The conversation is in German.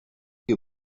hier